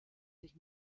sich